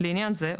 לעניין זה,